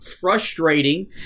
frustrating